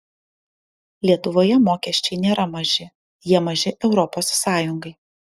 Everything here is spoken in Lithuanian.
lietuvoje mokesčiai nėra maži jie maži europos sąjungai